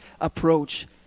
approach